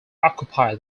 occupy